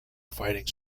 fighting